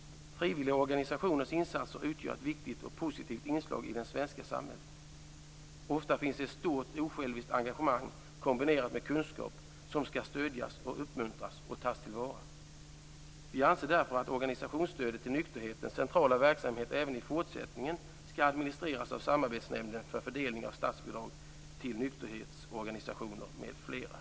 Frivilliga organisationers insatser utgör ett viktigt och positivt inslag i det svenska samhället. Ofta finns ett stort osjälviskt engagemang kombinerat med kunskap som skall stödjas, uppmuntras och tas till vara. Vi anser därför att organisationsstödet till nykterhetens centrala verksamhet även i fortsättningen skall administreras av Samarbetsnämnden för fördelning av statsbidrag till vissa nykterhetsorganisationer m.fl.